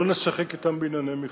לא נשחק אתם בענייני מכסות.